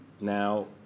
now